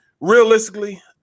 realistically